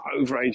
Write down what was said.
overage